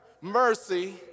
mercy